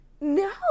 No